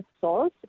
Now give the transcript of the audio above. source